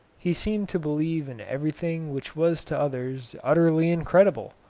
he seemed to believe in everything which was to others utterly incredible.